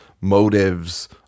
motives